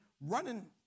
running